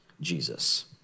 Jesus